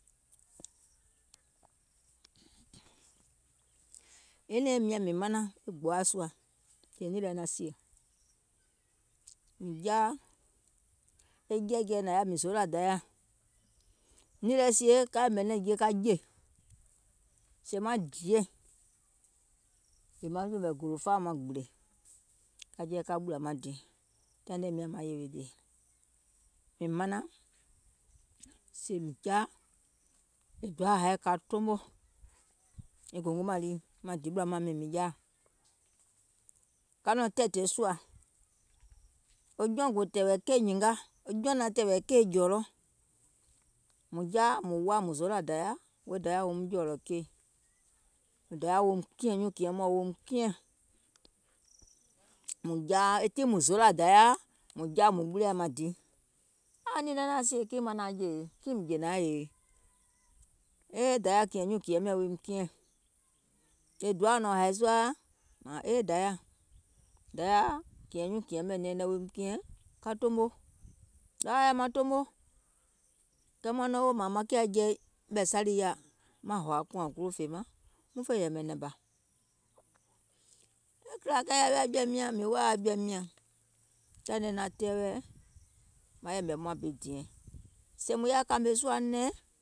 E nɛ̀ɛŋ mìŋ manaŋ e gbòaȧ sùȧ lɛ, sèè nìì lɛ naŋ sìè mìŋ jaa, e jɛɛ̀jɛɛ̀ɛ nȧŋ yaȧ mìŋ zòòlȧ dayȧ, nìì lɛ sie ka yɛ̀mɛ̀ nɛ̀ŋje ka jè, sèè maŋ diè, yèè maŋ yɛ̀mɛ̀ gòlò faa maŋ gbìlè, ka jɛi ka ɓùlȧ maŋ di, taìŋ nɛ miȧŋ maŋ yèwè dìì mìŋ manaŋ sèè mìŋ jaȧ, wɔŋ doaȧ haì ka tomo, e gòngo mɛ̀ lii, maŋ di ɓùla mȧŋ miiŋ sèè mìŋ jaà, ka nɔ̀ŋ tɛ̀ɛ̀tɛ̀ɛ̀ sùȧ, wo jɔùŋ gò tɛ̀ɛ̀wɛ̀ keì nyìnga, wo jɔùŋ nȧŋ tɛ̀ɛ̀wɛ̀ keì jɔ̀ɔ̀lɔ, mùŋ jaȧ mùŋ woȧ mùŋ zoolȧ dayȧ woum jɔ̀ɔ̀lɔ̀ keì, wo dayȧ woum kìɛ̀ŋ nyuùŋ kìɛŋ mɔɔ̀ŋ woum kiɛ̀ŋ, mùŋ jaa tiŋ mùŋ zoolȧ dayȧ, mùŋ jaȧ mùŋ ɓuliȧ maŋ di, nȧȧŋ nìì lɛ naŋ nȧaŋ sìè kiɛ̀ŋ maŋ nȧaŋ jèe, kiìŋ mìŋ jè nȧaŋ èe, ee dayȧ kìɛ̀ŋ nyuùŋ kìɛŋ miɔ̀ŋ woim kiɛ̀ŋ, sèè doaȧ nɔ̀ŋ hàì sùà, mȧȧŋ ee dayȧ, kìɛ̀ŋ nyuùŋ kìɛŋ mɛ̀ wò yɛmɛ̀ nɛɛnɛŋ woim kiɛ̀ŋ ka tomo, kɛɛ maŋ nɔŋ woò mȧȧŋ maŋ kiȧ jɛi ɓɛ̀ salì yaȧ maaŋ hòȧ kùȧŋ golò fèemȧŋ muŋ fè yɛ̀mɛ̀ nɛ̀ŋ bȧ, mìŋ woȧ jɔ̀ȧim nyȧŋ taìŋ nɛɛ̀ naŋ tɛɛwɛ̀ maŋ yɛ̀mɛ̀ muȧŋ bi diɛŋ, sèè mùŋ yaȧ kȧmè sùȧ nɛ̀ŋ,